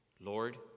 Lord